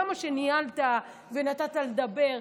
כמה שניהלת ונתת לדבר,